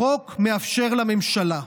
החוק מאפשר לממשלה,